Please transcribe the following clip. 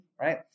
right